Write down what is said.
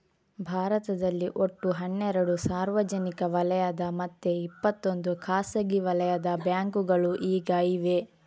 ಭಾರತದಲ್ಲಿ ಒಟ್ಟು ಹನ್ನೆರಡು ಸಾರ್ವಜನಿಕ ವಲಯದ ಮತ್ತೆ ಇಪ್ಪತ್ತೊಂದು ಖಾಸಗಿ ವಲಯದ ಬ್ಯಾಂಕುಗಳು ಈಗ ಇವೆ